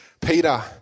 Peter